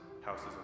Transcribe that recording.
houses